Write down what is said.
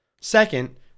Second